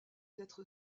d’être